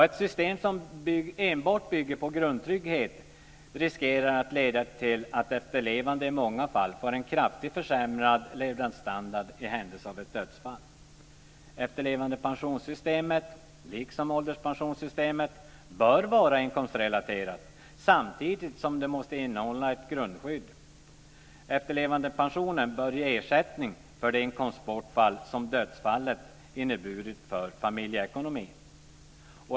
Ett system som enbart bygger på grundtrygghet riskerar att leda till att efterlevande i många fall får en kraftigt försämrad levnadsstandard i händelse av ett dödsfall. Efterlevandepensionssystemet, liksom ålderspensionssystemet, bör vara inkomstrelaterat samtidigt som det måste innehålla ett grundskydd. Efterlevandepensionen bör ge ersättning för de inkomstbortfall som dödsfallet har inneburit för familjeekonomin.